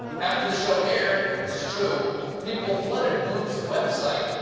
after the show aired and this is true people flooded goop's website,